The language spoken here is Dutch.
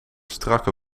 strakke